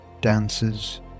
dances